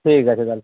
ঠিক আছে তাহলে